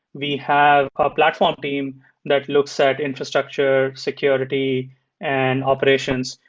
we have a platform team that looks at infrastructure security and operations.